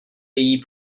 její